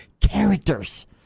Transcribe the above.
characters